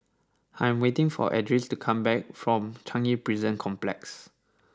I am waiting for Edris to come back from Changi Prison Complex